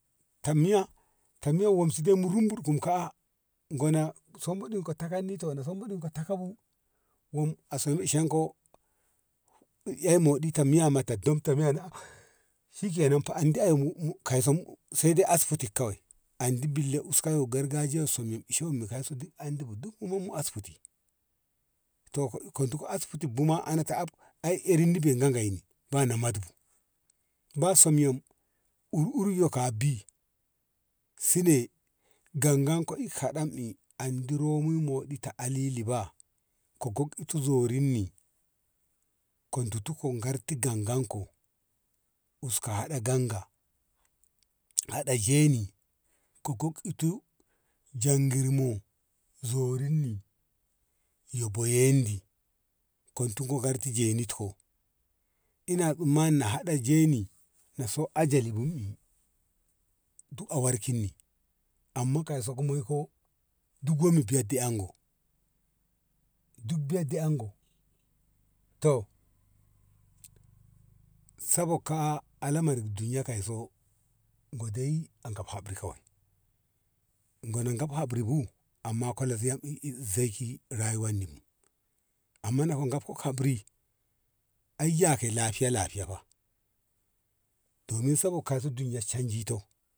Ta miya ta miya womsi dei mu rumbu`i kumka`a gona samboɗi ko takanni to sambodi ta ka bu wom a shoni ishanko eh moɗi ta miya ma ta dot ta miya shikenan fa andi au kauson sai dai asibiti kawai andi billa uska yo gargajiya so mi duk kuma mun asibiti to ka diko asibiti bu ma ana ai erin ni beyi gagai ni ba manat bu ba som yom ur ur ya ka bi sine gangan ki kaɗam i an duro mu moɗi ta ali liba ko gogɗi ti zorin ni ka duti ka guri zorin ni ka duti ka garti gangan ko uska hada ganga haɗa jeni ku gok itu jan gir mo zorin ni yyo boyonni ko ditko ka garti jenit ko ina tsammani na haɗa jeni na so ajali bun i du a warkin ni amma kaiso ku mai ko du gommi biya di engo duk biya di engo to sabokka a lamar duniya kaiso godei an hamri kawai gona ka habri bu amma kola zei ki rayuwan ni bu amma naka gamko habri ayya ke lafiya lafiya fa domin sabak duniya chanjito.